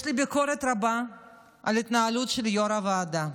יש לי ביקורת רבה על ההתנהלות של יו"ר הוועדה,